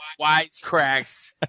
wisecracks